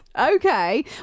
Okay